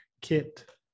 kit